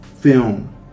film